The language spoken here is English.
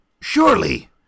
Surely